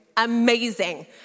Amazing